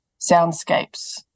soundscapes